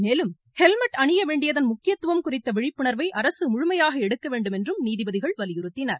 மேலும் ஹெல்மெட் அணிய வேண்டியதன் முக்கியத்துவம் குறித்த விழிப்புணர்வை அரசு முழுமையாக எடுக்க வேண்டும் என்றும் நீதிபதிகள் வலியுறுத்தினர்